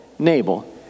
Nabal